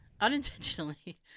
Unintentionally